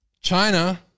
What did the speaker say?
China